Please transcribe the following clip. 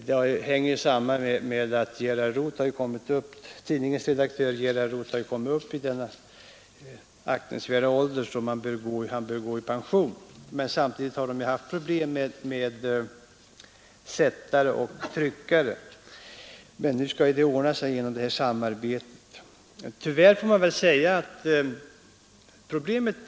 Det hänger delvis samman med att tidningens chefredaktör Gerhard Rooth har kommit upp i en så Me neNAnE — Problemet med ett samarbete mellan de svenska tidningarna är att Ang.